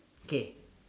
okay